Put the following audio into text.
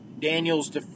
Daniel's